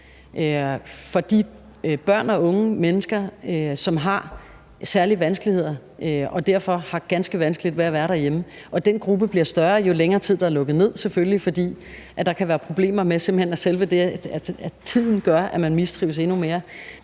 for de børn og unge mennesker, som har særlige vanskeligheder og derfor har ganske vanskeligt ved at være derhjemme, og den gruppe bliver større, jo længere tid der er lukket ned, selvfølgelig, fordi der kan være problemer, i form af at selve tiden gør, at børnene mistrives endnu mere.